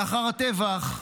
לאחר הטבח,